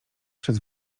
przez